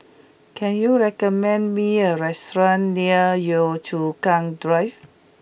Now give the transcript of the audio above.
can you recommend me a restaurant near Yio Chu Kang Drive